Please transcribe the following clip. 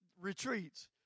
retreats